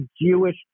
Jewish